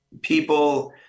people